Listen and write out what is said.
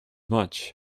much